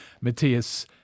Matthias